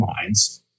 minds